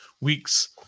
weeks